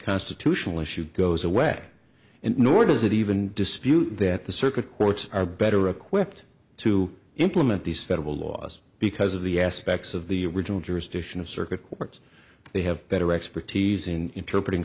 constitutional issue goes away and nor does it even dispute that the circuit courts are better equipped to implement these federal laws because of the aspects of the original jurisdiction of circuit courts but they have better expertise in interpreting